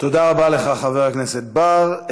תודה רבה לך, חבר הכנסת בר.